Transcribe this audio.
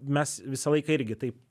mes visą laiką irgi taip